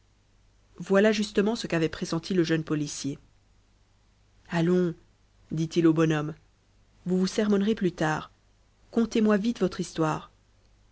voilà justement ce qu'avait pressenti le jeune policier allons dit-il au bonhomme vous vous sermonnerez plus tard contez-moi vite votre histoire